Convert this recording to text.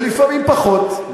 ולפעמים פחות.